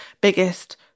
biggest